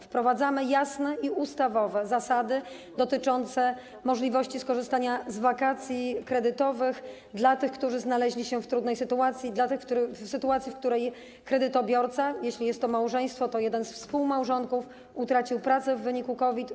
Wprowadzamy jasne i ustawowe zasady dotyczące możliwości skorzystania z wakacji kredytowych dla tych, którzy znaleźli się w trudnej sytuacji, w sytuacji, w której kredytobiorca - jeśli jest to małżeństwo, to jeden ze współmałżonków - utracił pracę w wyniku COVID.